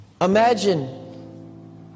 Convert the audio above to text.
Imagine